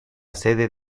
sede